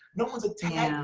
no one's attacking yeah